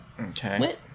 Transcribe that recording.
Okay